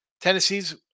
Tennessee's